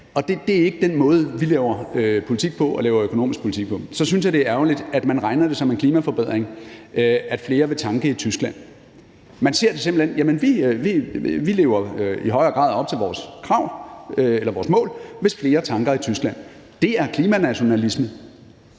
Det er ikke den måde, vi laver økonomisk politik på. Så synes jeg, det er ærgerligt, at man regner det som en klimaforbedring, at flere vil tanke i Tyskland. Man ser det simpelt hen sådan, at vi i højere grad lever op til vores mål, hvis flere tanker i Tyskland. Det er klimanationalisme,